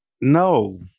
No